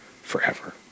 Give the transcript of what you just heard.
forever